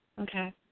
Okay